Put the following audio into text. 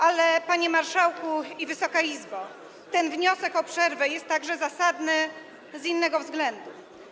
Ale, panie marszałku i Wysoka Izbo, ten wniosek o przerwę jest także zasadny z innego względu.